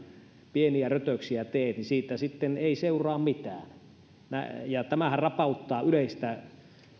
pieniä rötöksiä teet niin siitä sitten ei seuraa mitään tämähän rapauttaa yleistä